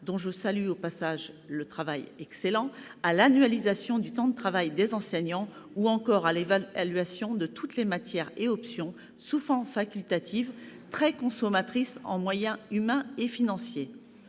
dont je salue le travail excellent, à l'annualisation du temps de travail des enseignants, ou encore à l'évaluation de toutes les matières et options, souvent facultatives, très consommatrices en moyens humains et financiers.